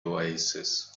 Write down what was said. oasis